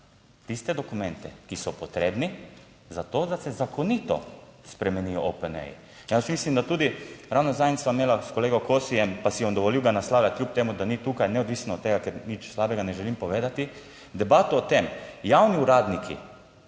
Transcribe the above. tiste dokumente, ki so potrebni zato, da se zakonito spremenijo OPN. Jaz mislim, da tudi ravno zadnjič sva imela s kolegom Kosijem, pa si bom dovolil naslavljati kljub temu, da ni tukaj neodvisno od tega, ker nič slabega ne želim povedati, debato o tem. Javni uradniki,